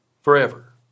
Forever